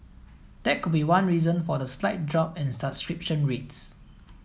that could be one reason for the slight drop in subscription rates